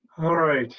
all right,